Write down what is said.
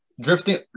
Drifting